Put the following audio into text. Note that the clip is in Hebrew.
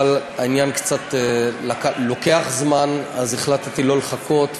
אבל העניין לוקח קצת זמן, אז החלטתי לא לחכות.